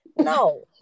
no